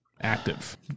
active